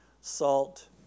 salt